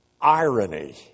irony